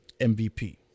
MVP